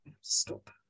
stop